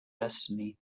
destiny